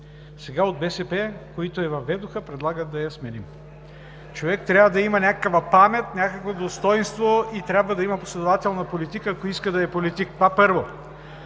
Сега от БСП, които я въведоха, предлагат да я сменим?! Човек трябва да има някаква памет, някакво достойнство и трябва да има последователна политика, ако иска да е политик! Това – първо.